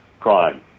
crime